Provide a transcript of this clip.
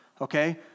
Okay